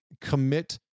commit